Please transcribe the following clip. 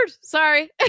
Sorry